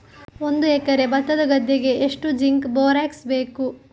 ಒಂದು ಎಕರೆ ಭತ್ತದ ಗದ್ದೆಗೆ ಎಷ್ಟು ಜಿಂಕ್ ಬೋರೆಕ್ಸ್ ಬೇಕು?